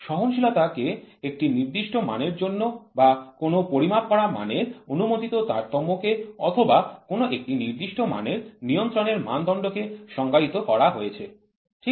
সহনশীলতা কে একটি নির্দিষ্ট মানের জন্য বা কোন পরিমাপ করা মানের অনুমোদিত তারতম্য কে অথবা কোন একটি নির্দিষ্ট মানের নিয়ন্ত্রণের মানদণ্ডকে সংজ্ঞায়িত করা হয়েছে ঠিক আছে